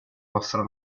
nostra